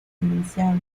financiado